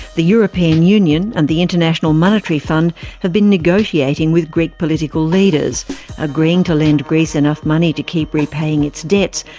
the european union and the international monetary fund have been negotiating with greek political leaders agreeing to lend greece enough money to keep repaying its debts,